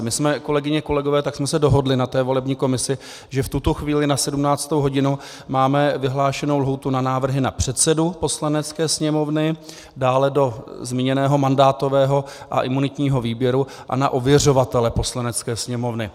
My jsme se, kolegyně a kolegové, dohodli na té volební komisi, že v tuto chvíli na 17. hodinu máme vyhlášenou lhůtu na návrhy na předsedu Poslanecké sněmovny, dále do zmíněného mandátového a imunitního výboru a na ověřovatele Poslanecké sněmovny.